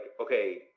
okay